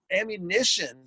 ammunition